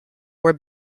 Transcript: were